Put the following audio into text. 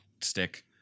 stick